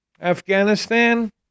Afghanistan